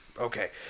Okay